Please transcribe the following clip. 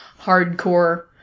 hardcore